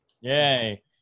Yay